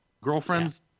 Girlfriends